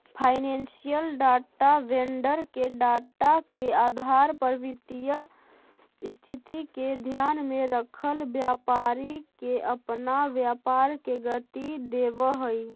financial data vendor के data के आधार पर वित्तीय स्थिति के ध्यान में रखल व्यापारी के अपना व्यापार के गति देवऽ हई